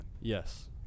Yes